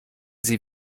sie